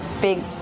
big